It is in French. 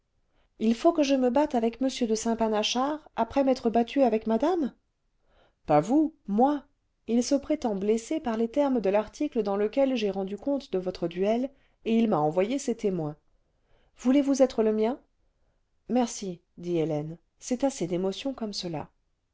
il faut que je me batte avec m de saintpanachard après m'être battue avec madame pas vous moi il se prétend blessé parles termes de l'article dans lequel j'ai rendu compte de votre duel et il m'a envoyé ses témoins voulez-vous être le mien merci dit hélène c'est assez d'émotions comme cela